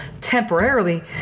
temporarily